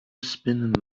spinner